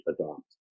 adopt